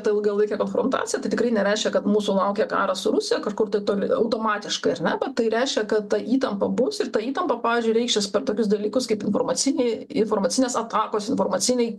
ta ilgalaikė konfrontacija tai tikrai nereiškia kad mūsų laukia karas su rusija kažkur toli automatiškai ar ne tai reiškia kad ta įtampa bus ir ta įtampa pavyzdžiui reiškis per tokius dalykus kaip informaciniai informacinės atakos informaciniai